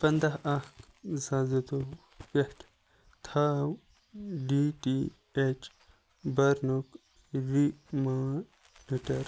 پنٛداہ اکھ زٕ ساس زٕتووُہ پٮ۪ٹھ تھاو ڈی ٹی اٮ۪چ برنُک ریماڈِٹر